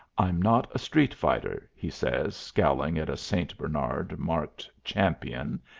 i'm not a street fighter, he says, scowling at a st. bernard marked champion.